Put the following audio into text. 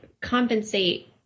compensate